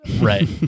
Right